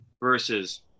Versus